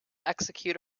execute